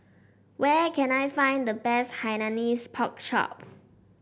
where can I find the best Hainanese Pork Chop